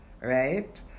right